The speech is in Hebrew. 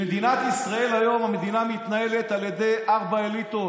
במדינת ישראל היום המדינה מתנהלת על ידי ארבע אליטות,